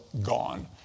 gone